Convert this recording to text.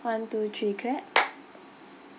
one two three clap